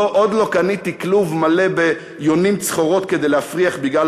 עוד לא קניתי כלוב מלא יונים צחורות כדי להפריח בגלל